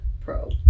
pro